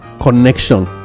connection